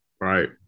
Right